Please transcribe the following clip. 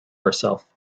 herself